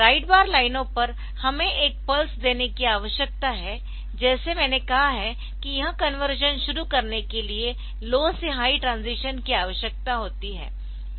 right bar लाइनों पर हमें एक पल्स देने की आवश्यकता है जैसे मैंने कहा है कि यह कन्वर्शन शुरू करने के लिए लो से हाई ट्रांजीशन की आवश्यकता होती है